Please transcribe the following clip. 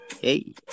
hey